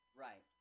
Right